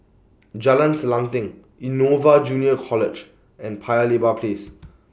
Jalan Selanting Innova Junior College and Paya Lebar Place